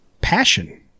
passion